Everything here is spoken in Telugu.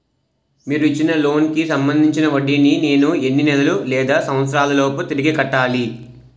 మీరు ఇచ్చిన లోన్ కి సంబందించిన వడ్డీని నేను ఎన్ని నెలలు లేదా సంవత్సరాలలోపు తిరిగి కట్టాలి?